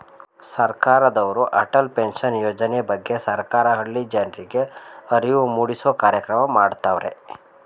ಸರ್ಕಾರದವ್ರು ಅಟಲ್ ಪೆನ್ಷನ್ ಯೋಜನೆ ಬಗ್ಗೆ ಸರ್ಕಾರ ಹಳ್ಳಿ ಜನರ್ರಿಗೆ ಅರಿವು ಮೂಡಿಸೂ ಕಾರ್ಯಕ್ರಮ ಮಾಡತವ್ರೆ